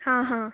हां हां